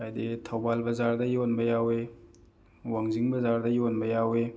ꯍꯥꯏꯗꯤ ꯊꯧꯕꯥꯜ ꯕꯖꯥꯔꯗ ꯌꯣꯟꯕ ꯌꯥꯎꯋꯤ ꯋꯥꯡꯖꯤꯡ ꯕꯖꯥꯔꯗ ꯌꯣꯟꯕ ꯌꯥꯎꯋꯤ